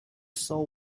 saul